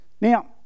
now